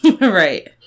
Right